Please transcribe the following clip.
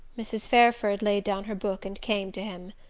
mrs. fairford laid down her book and came to him.